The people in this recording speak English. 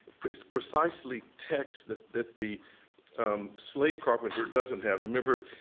it's precisely text that that the slave carpenter doesn't have. remember,